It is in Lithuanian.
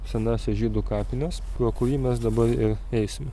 senąsias žydų kapines pro kurį mes dabar ir eisime